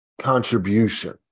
contribution